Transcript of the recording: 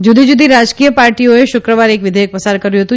જુદીજુદી રાજકીય પાર્ટીઓએ શુક્રવારે એક વિઘેચક પસાર કર્યું હતું